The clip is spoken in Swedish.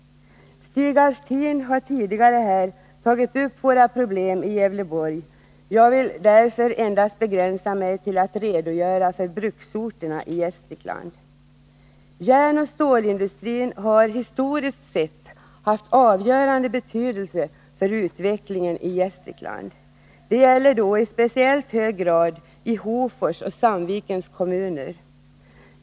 Stig Alftin har tidigare tagit upp våra problem i Gävleborg. Jag vill därför begränsa mig till att redogöra för situationen på bruksorterna i Gästrikland. Järnoch stålindustrin har historiskt sett haft avgörande betydelse för utvecklingen i Gästrikland. Det gäller i speciellt hög grad i Hofors och Sandvikens kommuner.